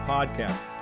Podcast